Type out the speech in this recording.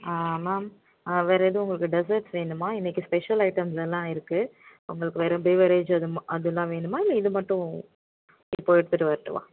ஆ ma'am ஆ வேறு எதுவும் உங்களுக்கு டெசர்ட்ஸ் வேணுமா இன்னக்கு ஸ்பெஷல் ஐட்டம்ஸ்லாம் இருக்கு உங்களுக்கு வெறும் பீவரேஜ் அதுமா அதெலாம் வேணுமா இல்லை இது மட்டும் இப்போ எடுத்துகிட்டு வரட்டுமா